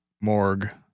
morgue